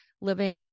living